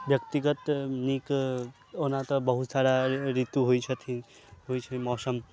व्यक्तिगत नीक ओना तऽ बहुत सारा ऋतु होइ छथिन होइ छै मौसम